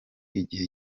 igihe